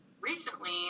recently